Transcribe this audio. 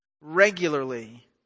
regularly